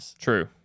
True